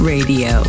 Radio